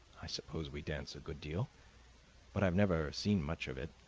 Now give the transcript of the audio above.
i suppose we dance a good deal but i have never seen much of it.